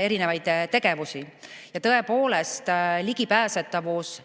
erinevaid tegevusi. Tõepoolest, ligipääsetavus